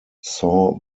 saw